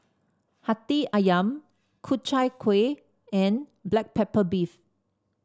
Hati ayam Ku Chai Kueh and Black Pepper Beef